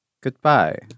Goodbye